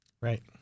Right